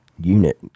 unit